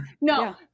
No